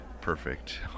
perfect